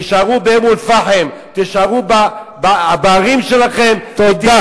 תישארו באום-אל-פחם, תישארו בערים שלכם תודה.